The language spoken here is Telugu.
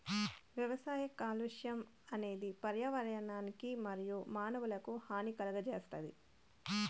వ్యవసాయ కాలుష్యం అనేది పర్యావరణానికి మరియు మానవులకు హాని కలుగజేస్తాది